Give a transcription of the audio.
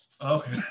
Okay